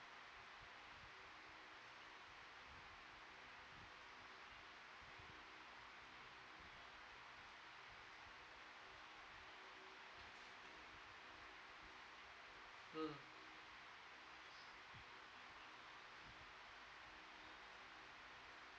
mm